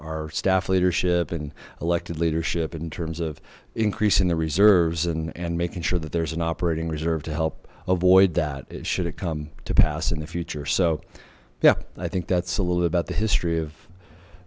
our staff leadership and elected leadership in terms of increasing the reserves and making sure that there's an operating reserve to help avoid that should it come to pass in the future so yeah i think that's a little bit about the history of